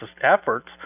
efforts